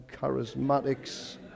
charismatics